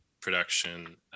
production